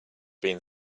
been